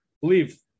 believe